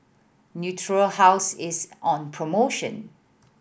Natura House is on promotion